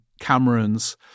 Cameron's